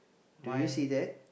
do you see that